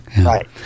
right